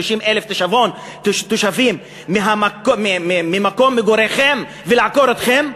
30,000 תושבים ממקום מגוריהם ולעקור אותם"?